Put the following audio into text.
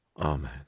amen